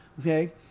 okay